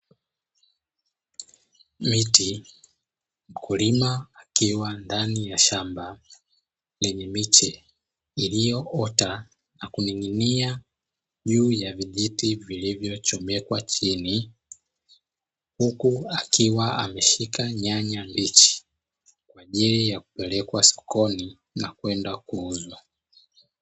Miti, mkulima akiwa ndani ya shamba lenye miche iliyoota na kuning'inia juu ya vijiti vilivyochomekwa chini, huku akiwa ameshika nyanya mbichi kwa ajili ya kupelekwa sokoni na kwenda kuuzwa.